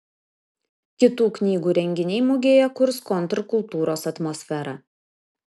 kitų knygų renginiai mugėje kurs kontrkultūros atmosferą